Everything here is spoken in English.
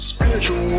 Spiritual